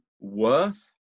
worth